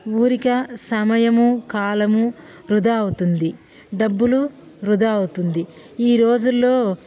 ఊరికే సమయము కాలము వృధా అవుతుంది డబ్బులు వృధా అవుతుంది ఈ రోజుల్లో